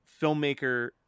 filmmaker